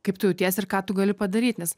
kaip tu jautiesi ir ką tu gali padaryt nes